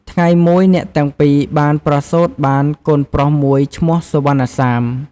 ថ្ងៃមួយ អ្នកទាំងពីរបានប្រសូតបានកូនប្រុសមួយឈ្មោះ សុវណ្ណសាម។